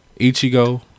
Ichigo